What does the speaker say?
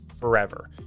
forever